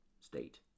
state